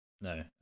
No